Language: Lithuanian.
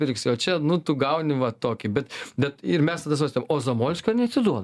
pirksi o čia nu tu gauni va tokį bet bet ir mes tada svarstėm o zamolskio neatiduoda